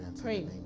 Pray